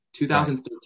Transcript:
2013